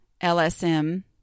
LSM